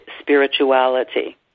spirituality